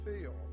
feel